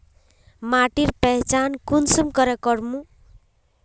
माटिर पहचान कुंसम करे करूम?